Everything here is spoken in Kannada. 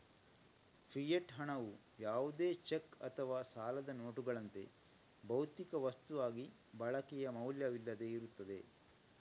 ಫಿಯೆಟ್ ಹಣವು ಯಾವುದೇ ಚೆಕ್ ಅಥವಾ ಸಾಲದ ನೋಟುಗಳಂತೆ, ಭೌತಿಕ ವಸ್ತುವಾಗಿ ಬಳಕೆಯ ಮೌಲ್ಯವಿಲ್ಲದೆ ಇರುತ್ತದೆ